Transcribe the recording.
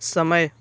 समय